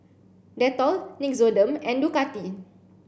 Dettol Nixoderm and Ducati